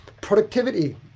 Productivity